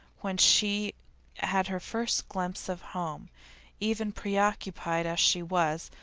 when she had her first glimpse of home even preoccupied as she was,